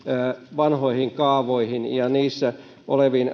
vanhoihin kaavoihin ja niissä oleviin